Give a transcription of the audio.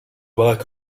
barack